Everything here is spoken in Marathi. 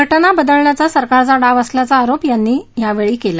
घटना बदलण्याचा सरकारचा डाव असल्याचा आरोप त्यांनी यावेळी केला